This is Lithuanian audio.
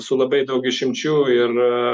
su labai daug išimčių ir